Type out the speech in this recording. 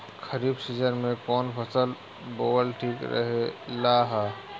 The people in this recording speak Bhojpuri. खरीफ़ सीजन में कौन फसल बोअल ठिक रहेला ह?